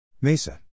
MESA